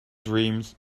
dreams